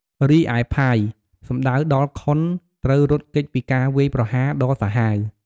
រីឯ ផាយ សំដៅដល់ខុនត្រូវរត់គេចពីការវាយប្រហារដ៏សាហាវ។